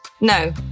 No